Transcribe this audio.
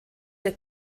der